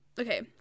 Okay